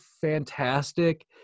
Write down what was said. fantastic